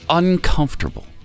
uncomfortable